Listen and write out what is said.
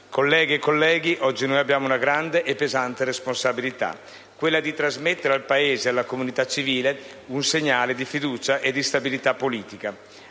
Colleghe e colleghi, oggi noi abbiamo una grande e pesante responsabilità: quella di trasmettere al Paese e alla comunità civile un segnale di fiducia e di stabilità politica.